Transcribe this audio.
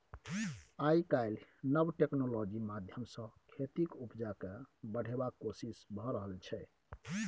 आइ काल्हि नब टेक्नोलॉजी माध्यमसँ खेतीक उपजा केँ बढ़ेबाक कोशिश भए रहल छै